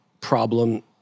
problem